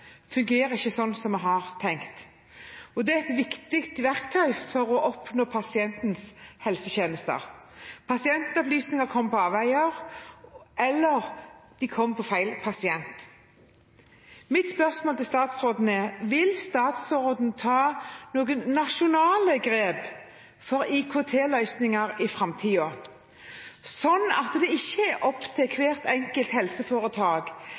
fungerer sånn vi hadde tenkt. Det er et viktig verktøy for å oppnå pasientens helsetjenester. Pasientopplysninger kommer på avveier eller på feil pasient. Mitt spørsmål til statsråden er: Vil statsråden ta noen nasjonale grep for IKT-løsninger i framtiden, sånn at det ikke blir opp til hvert enkelt helseforetak